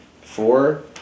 four